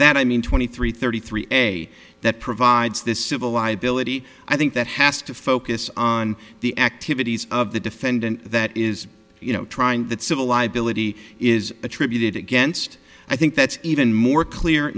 that i mean twenty three thirty three that provides this civil liability i think that has to focus on the activities of the defendant that is you know trying that civil liability is attributed against i think that's even more clear